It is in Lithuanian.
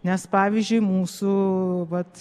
nes pavyzdžiui mūsų vat